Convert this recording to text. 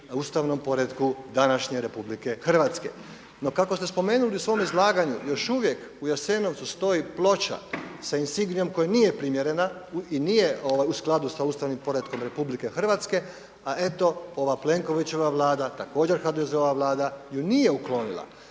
ustavnom poretku današnje RH. No kako ste spomenuli u svome izlaganju još uvijek u Jasenovcu stoji ploča sa insignijom koja nije primjerena i nije u skladu sa ustavnim poretkom RH, a eto ova Plenkovićeva vlada također HDZ-ova Vlada ju nije uklonila.